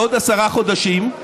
בעוד עשרה חודשים,